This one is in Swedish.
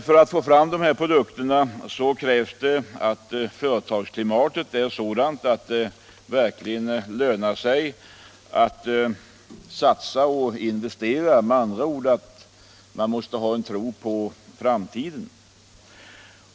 För att få fram dessa nya produkter krävs emellertid att företagarklimatet är sådant att det verkligen lönar sig att satsa och investera. Med andra ord: man måste ha en tro på framtiden.